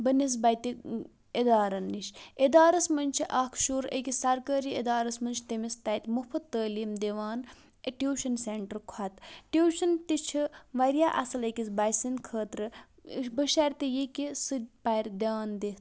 بَنسبطِ اِدارَن نِش اِدارَس منٛز چھِ اَکھ شُر أکِس سَرکٲری اِدارَس منٛز چھِ تٔمِس تَتہِ مُفُت تعلیٖم دِوان ٹیوٗشَن سینٹر کھۄتہٕ ٹیوٗشَن تہِ چھِ واریاہ اَصٕل أکِس بَچہِ سٕنٛدِ خٲطرٕ بشرطِ یہِ کہِ سُہ تہِ پَرِ دیان دِتھ